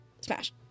Smash